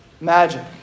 magic